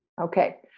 Okay